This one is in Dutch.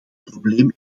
probleem